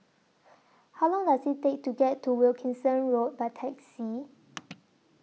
How Long Does IT Take to get to Wilkinson Road By Taxi